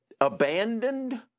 abandoned